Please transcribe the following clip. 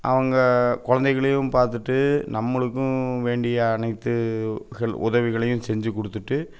அவங்க குழந்தைகளையும் பார்த்துட்டு நம்மளுக்கும் வேண்டிய அனைத்து ஹெல் உதவிகளையும் செஞ்சு கொடுத்துட்டு